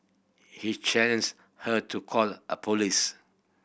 he challenged her to call a police